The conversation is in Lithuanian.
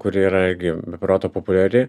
kuri yra irgi be proto populiari